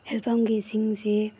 ꯍꯦꯜ ꯄꯝꯒꯤ ꯏꯁꯤꯡꯁꯤ